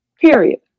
period